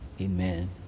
Amen